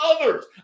others